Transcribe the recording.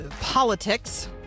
politics